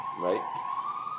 Right